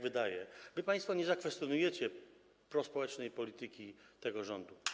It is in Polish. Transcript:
Wy państwo nie zakwestionujecie prospołecznej polityki tego rządu.